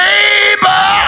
Neighbor